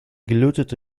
gelötete